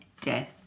death